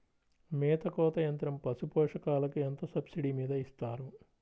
మేత కోత యంత్రం పశుపోషకాలకు ఎంత సబ్సిడీ మీద ఇస్తారు?